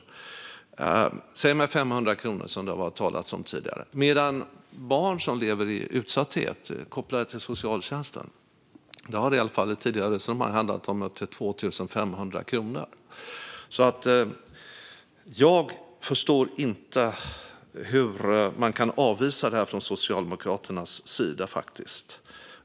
Det har talats om 500 kronor tidigare, men i tidigare resonemang gällande barn som lever i utsatthet och som är kopplade till socialtjänsten har det handlat om upp till 2 500 kronor. Jag förstår inte hur Socialdemokraterna kan avvisa detta.